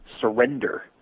surrender